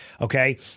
Okay